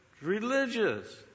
religious